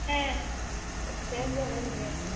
हें बेश्ट जालें मगे